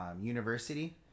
university